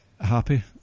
happy